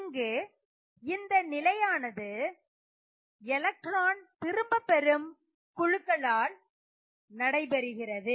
இங்கு இந்த நிலையானது எலக்ட்ரான் திரும்பப்பெறும் குழுக்களால் நடைபெறுகிறது